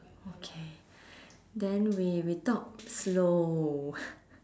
okay then we we talk slow